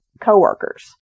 coworkers